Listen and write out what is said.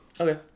Okay